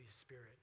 Spirit